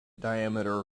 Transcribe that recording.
diameter